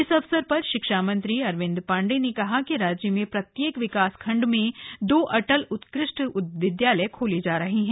इस अवसर पर शिक्षा मंत्री अरविन्द पाण्डेय ने कहा कि राज्य में प्रत्येक विकासखण्ड में दो अटल उत्कृष्ट विद्यालय खोले जा रहे हैं